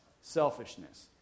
Selfishness